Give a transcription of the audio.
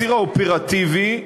הציר האופרטיבי,